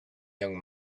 young